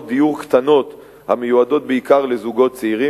דיור קטנות המיועדות בעיקר לזוגות צעירים.